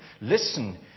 Listen